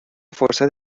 فرصت